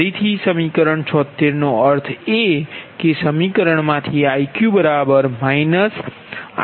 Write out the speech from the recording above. ફરીથી સમીકરણ 76 નો અર્થ એ કે આ સમીકરણમાંથી Iq Ip a